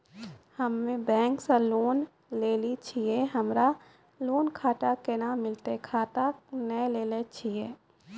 हम्मे बैंक से लोन लेली छियै हमरा लोन खाता कैना मिलतै खाता नैय लैलै छियै?